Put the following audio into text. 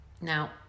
Now